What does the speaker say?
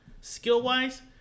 Skill-wise